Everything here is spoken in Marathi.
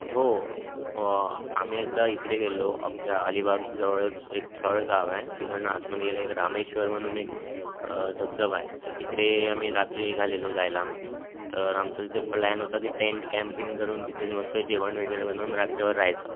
हो आम्ही एकदा इकडे गेलेलो आपल्या अलिबागजवळच एक थळ गाव आहे तिकडनं आतमध्ये गेल्या एक रामेश्वर म्हणून एक धबधबा आहे तर तिकडे आम्ही रात्री निघालेलो जायला तर आमचा तिथे प्लॅन होता की टेन्ट कॅम्पिंग करून तिथेच मस्त जेवण वगैरे बनवून रात्रभर राहायचं